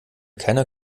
keiner